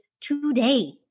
today